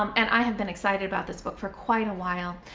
um and i have been excited about this book for quite a while.